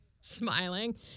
smiling